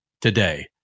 today